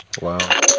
Wow